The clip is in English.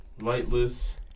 Lightless